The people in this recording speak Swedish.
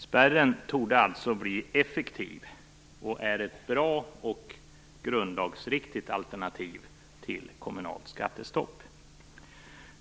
Spärren torde alltså bli effektiv och är ett bra och grundlagsriktigt alternativ till kommunalt skattestopp.